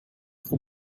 for